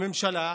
הממשלה,